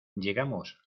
llegamos